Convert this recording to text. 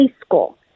school